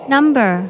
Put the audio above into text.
Number